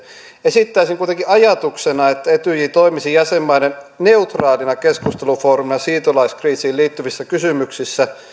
esittäisin kuitenkin ajatuksena että etyj toimisi jäsenmaiden neutraalina keskustelufoorumina siirtolaiskriisiin liittyvissä kysymyksissä